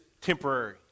temporary